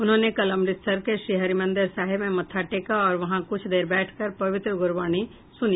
उन्होंने कल अमृतसर के श्री हरमंदिर साहिब में मत्था टेका और वहां कुछ देर बैठकर पवित्र गुरबानी सुनी